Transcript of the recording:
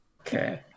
okay